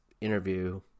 interview